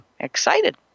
excited